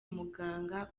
umuganga